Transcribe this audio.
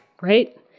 right